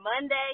Monday